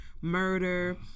murder